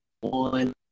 one